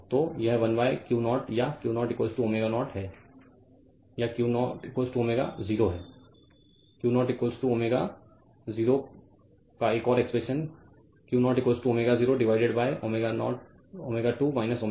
तो यह 1 Q0 या Q0 W 0 है Q0 W 0 का एक और expression Q0 W 0 divided W 2 W 1